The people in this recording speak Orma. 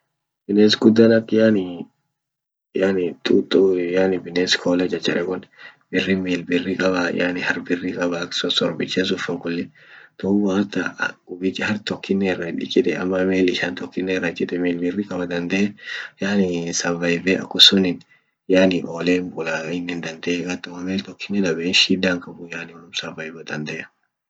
Bines guddan ak yani yani yani bines qola chacharekon birrin mil birri qaaba hark birri qaaba ak sosombicha sun fa kulli. duub wo hata hark tokinen ira hindiqini ama mil ishia tokinen ira chite mill birri qaaba dande yani survive vee akum sunin yani oole hinbulaa innin dandee hata wo mil tokinen dabe in shida hinqabu yani onum survive vaa dandee.